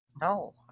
No